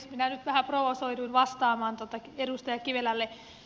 minä nyt vähän provosoiduin vastaamaan edustaja kivelälle